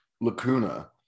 lacuna